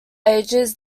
ages